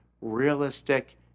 realistic